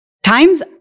Times